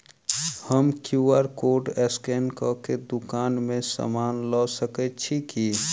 हम QR code scan कऽ केँ दुकान मे समान लऽ सकैत छी की?